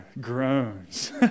Groans